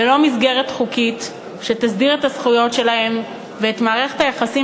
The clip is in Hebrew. ללא מסגרת חוקית שתסדיר את זכויותיהן ואת מערכת היחסים